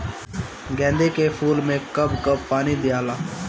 गेंदे के फूल मे कब कब पानी दियाला?